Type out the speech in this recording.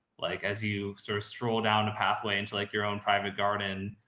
like as you sort of stroll down a pathway into like your own private garden,